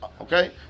Okay